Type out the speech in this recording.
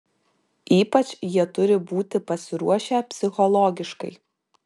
ypač jie turi būti pasiruošę psichologiškai